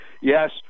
Yes